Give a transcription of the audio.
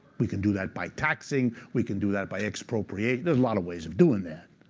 we can do that by taxing. we can do that by expropriating. there's a lot of ways of doing that.